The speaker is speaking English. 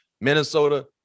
Minnesota